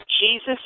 Jesus